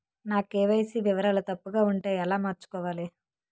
నా కే.వై.సీ వివరాలు తప్పుగా ఉంటే ఎలా మార్చుకోవాలి?